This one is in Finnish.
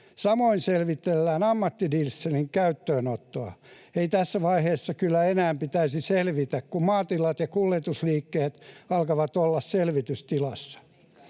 Samoin selvitellään ammattidieselin käyttöönottoa. Ei tässä vaiheessa kyllä enää pitäisi selvittää, kun maatilat ja kuljetusliikkeet alkavat olla selvitystilassa.